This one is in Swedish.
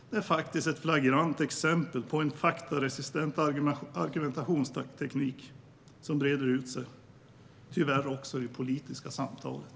Det är faktiskt ett flagrant exempel på en faktaresistent argumentationsteknik som breder ut sig, tyvärr även i det politiska samtalet.